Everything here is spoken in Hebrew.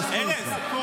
ארז.